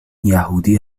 یهودی